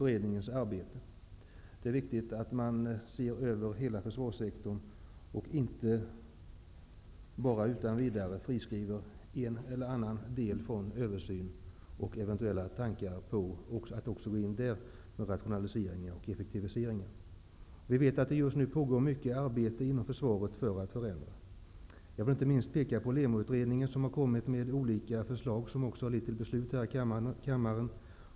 Dessutom är det viktigt att hela försvarssektorn ses över, och att man inte bara utan vidare friskriver en eller annan del från översyn och överger eventuella tankar på att rationalisera och effektivisera även där. Det pågår just nu mycket förändringsarbete inom försvaret. Jag vill inte minst peka på LEMO utredningen som kommit fram till en del förslag, vilka har lett till olika beslut här i kammaren.